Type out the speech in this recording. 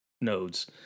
nodes